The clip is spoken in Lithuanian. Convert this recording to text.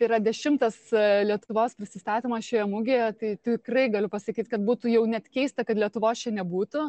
yra dešimtas lietuvos prisistatymas šioje mugėje tai tikrai galiu pasakyt kad būtų jau net keista kad lietuvos čia nebūtų